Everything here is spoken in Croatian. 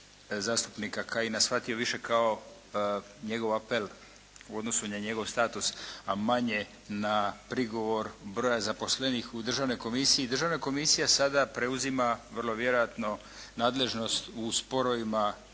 zastupnika Kajina shvatio više kao njegov apel u odnosu na njegov status, a manje na prigovor broja zaposlenih u državnoj komisiji. Državna komisija sada preuzima vrlo vjerojatno nadležnost u sporovima